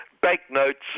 banknotes